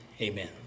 Amen